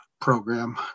program